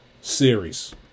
series